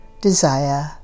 desire